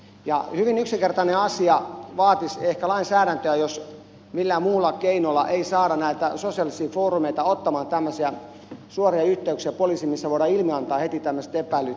tämä hyvin yksinkertainen asia vaatisi ehkä lainsäädäntöä jos millään muulla keinolla ei saada näitä sosiaalisia foorumeita ottamaan tämmöisiä suoria yhteyksiä poliisiin jolloin voidaan ilmiantaa heti tämmöiset epäilyt